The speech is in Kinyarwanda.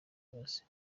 imbabazi